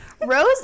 Rose